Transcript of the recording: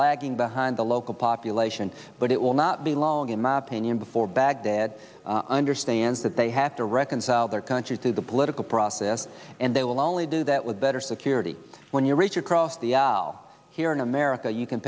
lagging behind the local population but it will not be long in my opinion before baghdad understands that they have to reconcile their country to the political process and they will only do that with better security when you reach across the aisle here in america you can